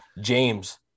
James